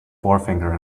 forefinger